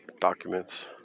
Documents